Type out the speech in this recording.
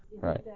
Right